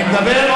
אני מדבר,